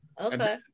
Okay